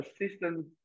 assistant